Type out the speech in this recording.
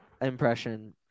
impression